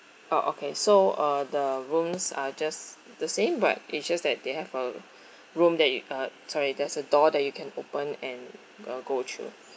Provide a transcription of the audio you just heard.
ah okay so uh the rooms are just the same but it's just that they have a room that you uh sorry there's a door that you can open and uh go through